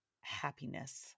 happiness